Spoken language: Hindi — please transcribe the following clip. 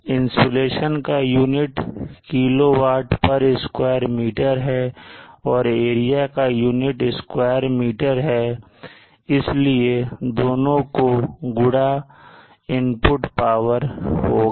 इंसुलेशन की यूनिट किलो वाट पर स्क्वायर मीटर है और एरिया की यूनिट स्क्वायर मीटर इसलिए दोनों का गुड़ा इनपुट पावर होगा